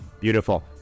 Beautiful